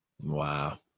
Wow